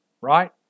right